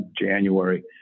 January